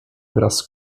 wraz